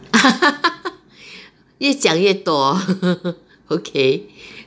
越讲越多 okay